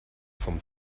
vom